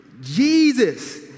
Jesus